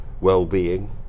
well-being